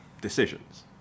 decisions